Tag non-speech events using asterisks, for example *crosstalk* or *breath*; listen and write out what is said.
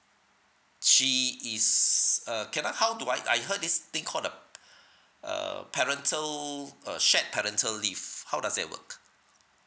she is err can I how do I I heard this thing called the *breath* err parental err shared parental leave how does that work